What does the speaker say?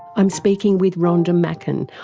i'm speaking with rhonda macken,